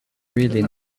really